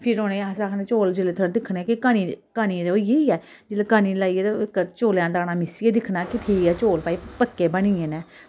फिर उनेंगी अस आक्खने चौल जेल्लै थोह्ड़े दिक्खने कि कनि कनि होई गेदी ऐ जेल्लै कनी लाइयै ते चौलें दा दाना मिस्सियै दिक्खना कि ठीक ऐ चौल भाई पक्के बनिये न